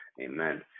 Amen